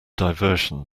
diversion